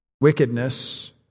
wickedness